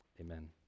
Amen